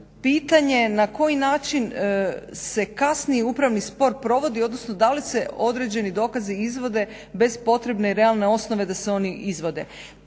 pitanje na koji način se kasni upravni spor provodi odnosno da li se određeni dokazi izvode bez potrebe realne osnove da se oni izvode.